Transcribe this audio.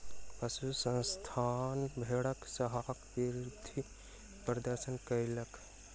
पशु संस्थान भेड़क संहार के विरुद्ध प्रदर्शन कयलक